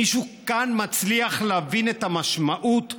מישהו כאן מצליח להבין את המשמעות?